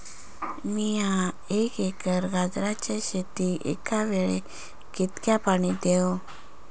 मीया एक एकर गाजराच्या शेतीक एका वेळेक कितक्या पाणी देव?